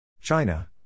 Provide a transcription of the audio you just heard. China